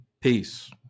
Peace